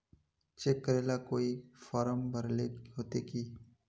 Cheque करेला कोई form भरेले होते की?